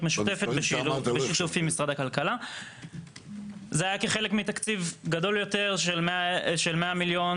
זה היה בחלק מתקציב גדול יותר של 100 מיליון,